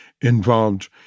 involved